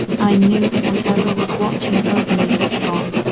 i knew that whatever was watching over me was gone.